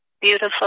beautiful